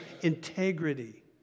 integrity